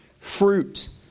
fruit